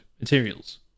materials